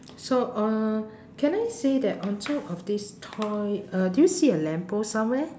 so uh can I say that on top of this toy uh do you see a lamppost somewhere